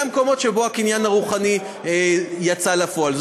והמקומות שבהם הקניין הרוחני יצא לפועל.